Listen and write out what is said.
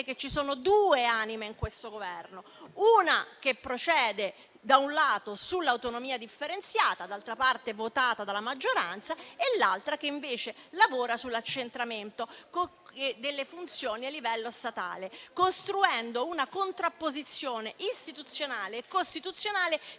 ci sono due anime in questo Governo: una che procede, da un lato, sull'autonomia differenziata (d'altra parte, votata dalla maggioranza) e l'altra che invece lavora sull'accentramento delle funzioni a livello statale, costruendo una contrapposizione istituzionale e costituzionale che